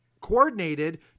coordinated